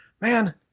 man